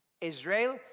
Israel